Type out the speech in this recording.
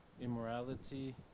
immorality